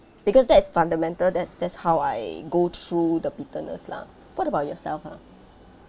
because that is fundamental that's that's how I go through the bitterness lah what about yourself ha